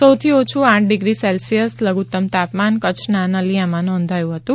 સૌથી ઓછું આઠ ડિગ્રી સેલ્સીયસ લધુત્તમ તાપમાન કચ્છના નલીયામાં નોંધાયું હતું